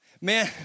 Man